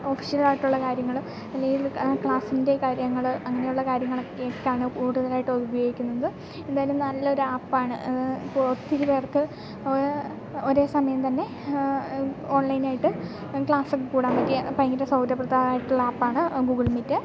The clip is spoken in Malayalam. ഓഫീഷ്യലായിട്ടുള്ള കാര്യങ്ങൾ അല്ലെങ്കിൽ ക്ലാസ്സിൻ്റെ കാര്യങ്ങൾ അങ്ങനെയുള്ള കാര്യങ്ങളൊക്കെയാണ് കൂടുതലായിട്ട് ഉപയോഗിക്കുന്നത് എന്തായാലും നല്ല ഒരു ആപ്പ് ആണ് ഒത്തിരി പേർക്ക് ഒരേ സമയം തന്നെ ഓൺലൈൻ ആയിട്ട് ക്ലാസ്സൊക്കെ കൂടാൻ പറ്റിയ ഭയങ്കര സൗകര്യപ്രദായിട്ടുള്ള ആപ്പാണ് ഗൂഗിൾ മീറ്റ്